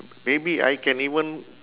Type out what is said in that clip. maybe I can even